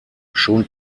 schon